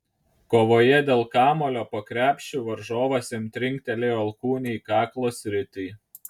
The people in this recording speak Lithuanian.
kovoje dėl kamuolio po krepšiu varžovas jam trinktelėjo alkūne į kaklo sritį